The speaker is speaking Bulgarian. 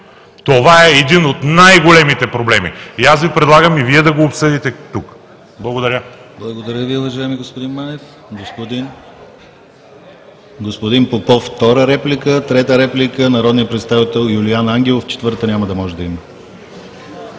Това е един от най-големите проблеми. Аз предлагам и Вие да го обсъдите тук. Благодаря.